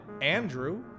Andrew